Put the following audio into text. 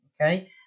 okay